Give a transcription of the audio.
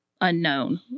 unknown